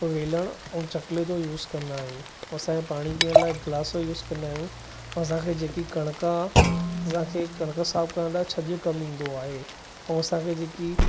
वेलणु ऐं चकले जो यूज़ कंदा आहियूं असांखे पाणी पीअण लाइ गिलास यूज़ कंदा आहियूं असांखे जेकि कणक आहे असांखे कणक साफ़ करण लाइ छॼु कमु ईंदो आहे ऐं असांखे जेकि